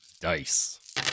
dice